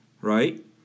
right